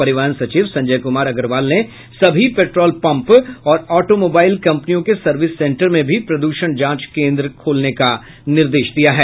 परिवहन सचिव संजय कुमार अग्रवाल ने सभी पेट्रोल पंप और ऑटामोबाईल कम्पनियों के सर्विस सेंटर में भी प्रद्षण जांच केन्द्र खोलने का निर्देश दिया है